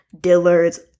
Dillard's